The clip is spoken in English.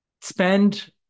spend